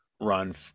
run